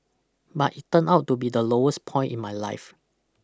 but it turned out to be the lowest point in my life